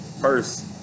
first